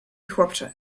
chłopcze